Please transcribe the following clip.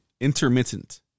Intermittent